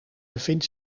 bevindt